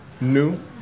new